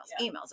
emails